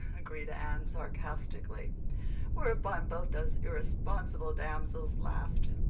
agreed anne sarcastically whereupon both those irresponsible damsels laughed.